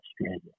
Australia